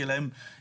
שתהיה להם בריאות,